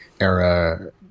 era